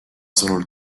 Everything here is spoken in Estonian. sõnul